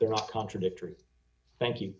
they're not contradictory thank you